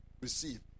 Receive